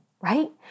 right